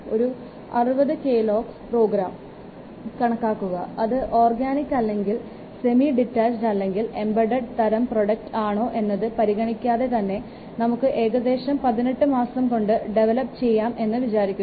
ഒരു 60 KLOC program കണക്കാക്കുക അത് ഓർഗാനിക് അല്ലെങ്കിൽ സെമി ഡിറ്റാച്ചഡ് അല്ലെങ്കിൽ എംബഡെഡ് തരം പ്രോഡക്ട് ആണോ എന്നത് പരിഗണിക്കാതെ തന്നെ നമുക്ക് ഏകദേശം 18 മാസം കൊണ്ട് ഡെവലപ്പ് ചെയ്യാം എന്ന് വിചാരിക്കുക